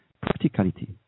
practicality